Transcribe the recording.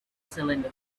cylinder